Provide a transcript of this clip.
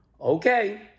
Okay